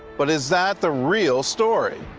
but is that the real story?